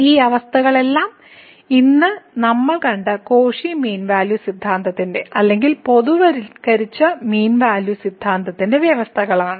ഈ അവസ്ഥകളെല്ലാം ഇന്ന് നമ്മൾ കണ്ട കോഷി മീൻ വാല്യൂ സിദ്ധാന്തത്തിന്റെ അല്ലെങ്കിൽ പൊതുവൽക്കരിച്ച മീൻ വാല്യൂ സിദ്ധാന്തത്തിന്റെ വ്യവസ്ഥകളാണ്